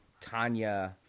Tanya